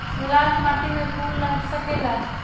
लाल माटी में फूल लाग सकेला?